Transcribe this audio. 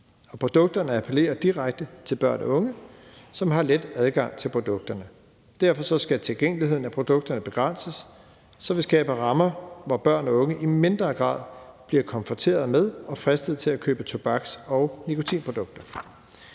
Produkterne appellerer direkte til børn og unge, som har let adgang til produkterne. Derfor skal tilgængeligheden af produkterne begrænses, så vi skaber rammer, hvor børn og unge i mindre grad bliver konfronteret med og fristet til at købe tobaks- og nikotinprodukter.